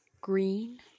green